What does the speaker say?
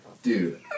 Dude